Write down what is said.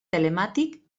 telemàtic